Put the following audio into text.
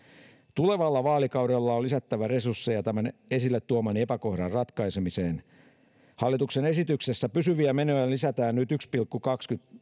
tulevalla vaalikaudella on lisättävä resursseja tämän esille tuomani epäkohdan ratkaisemiseen hallituksen ohjelmassa pysyviä menoja lisätään nyt yksi pilkku